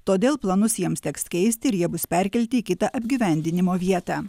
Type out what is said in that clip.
todėl planus jiems teks keisti ir jie bus perkelti į kitą apgyvendinimo vietą